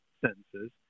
sentences